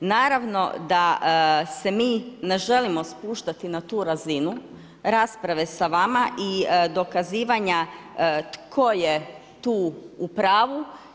Naravno da se mi ne želimo spuštati na tu razinu rasprave sa vama i dokazivanja tko je tu u pravu.